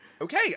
Okay